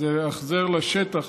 זה החזר לשטח,